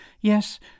Yes